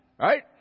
Right